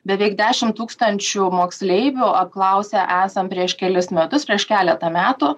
beveik dešim tūkstančių moksleivių apklausę esam prieš kelis metus prieš keletą metų